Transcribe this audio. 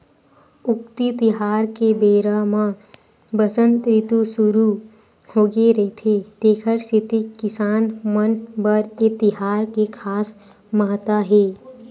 उक्ती तिहार के बेरा म बसंत रितु सुरू होगे रहिथे तेखर सेती किसान मन बर ए तिहार के खास महत्ता हे